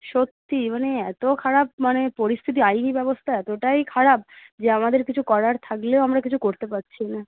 সত্যি মানে এত খারাপ মানে পরিস্থিতি আইনি ব্যবস্থা এতটাই খারাপ যে আমাদের কিছু করার থাকলেও আমরা কিছু করতে পারছি না